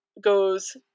goes